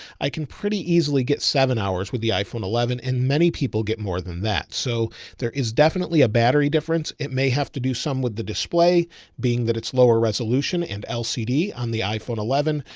i can pretty easily get seven hours with the iphone eleven and many people get more than that. so there is definitely a battery difference. it may have to do some with the display being that it's lower resolution and lcd on the iphone eleven,